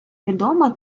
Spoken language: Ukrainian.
відома